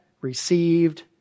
received